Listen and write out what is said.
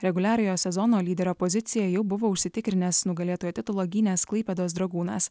reguliariojo sezono lyderio poziciją jau buvo užsitikrinęs nugalėtojo titulą gynęs klaipėdos dragūnas